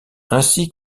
ainsi